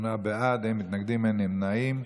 שמונה בעד, אין מתנגדים, אין נמנעים.